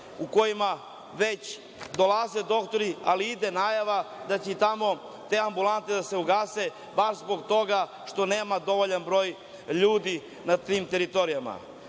u kojima već dolaze doktori ali ide i najava da će tamo te ambulante da se ugase baš zbog toga što nema dovoljan broj ljudi na tim teritorijama. Ja